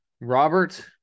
Robert